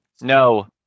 No